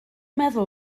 meddwl